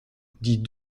dit